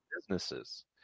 businesses